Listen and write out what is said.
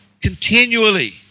continually